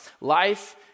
life